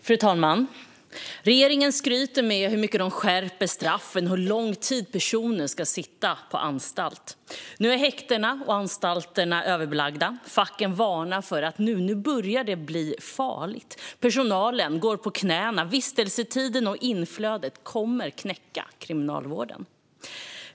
Fru talman! Regeringen skryter med hur mycket man skärper straffen och hur lång tid personer ska sitta på anstalt. Nu är häktena och anstalterna överbelagda. Facken varnar för att det nu börjar bli farligt. Personalen går på knäna. Vistelsetiden och inflödet kommer att knäcka Kriminalvården.